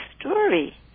story